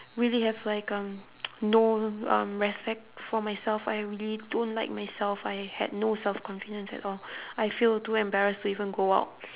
really have like um no um respect for myself I really don't like myself I had no self-confidence at all I feel too embarrassed to even go out